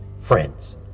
friends